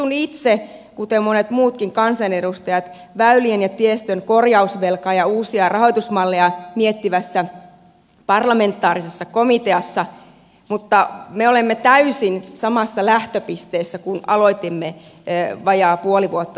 istun itse kuten monet muutkin kansanedustajat väylien ja tiestön korjausvelkaa ja uusia rahoitusmalleja miettivässä parlamentaarisessa komiteassa mutta me olemme täysin samassa lähtöpisteessä kuin silloin kun aloitimme vajaa puoli vuotta sitten